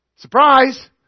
Surprise